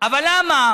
אבל למה